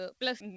Plus